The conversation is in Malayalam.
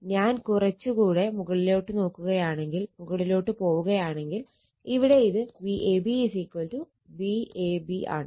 ഞാൻ കുറച്ചൂടെ മുകളിലോട്ട് പോവുകയാണെങ്കിൽ ഇവിടെ ഇത് Vab VAB ആണ്